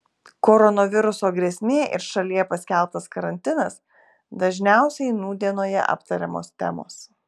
koronaviruso grėsmė ir šalyje paskelbtas karantinas dažniausiai nūdienoje aptariamos temos